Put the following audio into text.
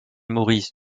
maurice